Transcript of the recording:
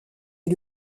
est